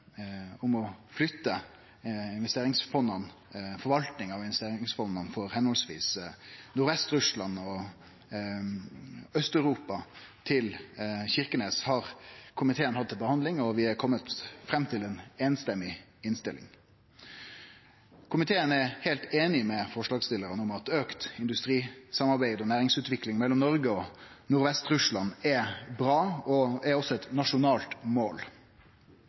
om å flytte forvaltinga av investeringsfonda for Nordvest-Russland og Aust-Europa til Kirkenes har komiteen hatt til behandling, og vi har kome fram til ei samrøystes innstilling. Komiteen er heilt einig med forslagsstillarane om at auka industrisamarbeid og næringsutvikling mellom Noreg og Nordvest-Russland er bra og eit nasjonalt mål.